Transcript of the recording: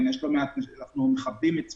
אנחנו מכבדים את זכותן,